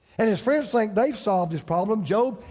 and his friends think they solved his problem, job,